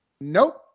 Nope